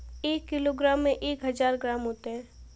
एक किलोग्राम में एक हज़ार ग्राम होते हैं